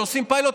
שעושים פיילוט.